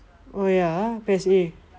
oh ya ah PES A